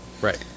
Right